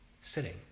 sitting